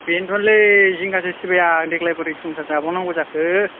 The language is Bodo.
बेनथ'लै जिंगासो सिबाय आं देग्लाइ बोरै संसार जाबावनांगौ जाखो